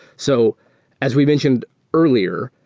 so as we mentioned earlier,